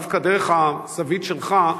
דווקא דרך הזווית שלך,